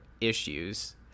issues